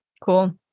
cool